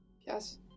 Yes